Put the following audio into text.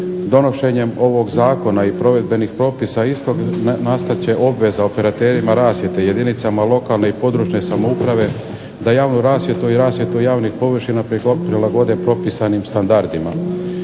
Donošenjem ovog zakona i provedenih propisa istog nastat će obveza operaterima rasvjete jedinicama lokalne i područne samouprave da javnu rasvjetu i rasvjetu javnih površina prilagode propisanim standardima.